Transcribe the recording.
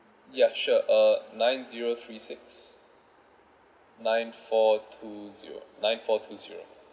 yeah sure uh nine zero three six nine four two zero nine four two zero